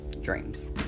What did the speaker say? dreams